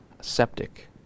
septic